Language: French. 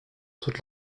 toute